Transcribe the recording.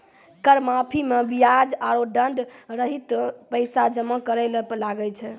कर माफी मे बियाज आरो दंड सहित पैसा जमा करे ले लागै छै